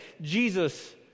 Jesus